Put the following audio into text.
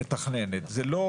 זה לא